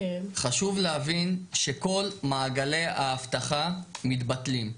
חשוב להבין שכל מעגלי האבטחה מתבטלים.